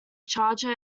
charger